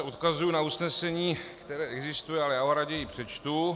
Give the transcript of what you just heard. Odkazuji se na usnesení, které existuje, ale já ho raději přečtu.